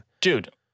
Dude